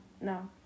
no